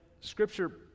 scripture